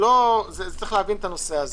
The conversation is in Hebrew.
יש להבין את זה.